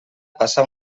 passar